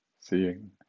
seeing